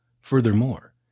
Furthermore